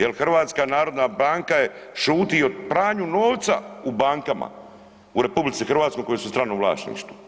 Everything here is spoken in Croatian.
Jer HNB je šuti o pranju novca u bankama u RH koje su u stranom vlasništvu.